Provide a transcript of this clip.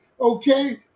okay